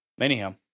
Anyhow